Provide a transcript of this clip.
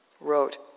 wrote